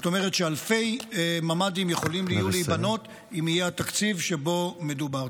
זאת אומרת שאלפי ממ"דים יכולים להיבנות אם יהיה התקציב שבו מדובר.